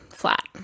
Flat